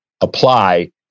apply